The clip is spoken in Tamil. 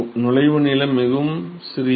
நுழைவு நீளம் மிகவும் சிறியது